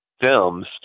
films